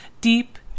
deep